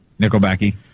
Nickelbacky